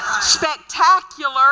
spectacular